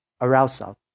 arousal